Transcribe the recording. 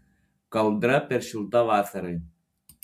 kaldra per šilta vasarai